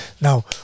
Now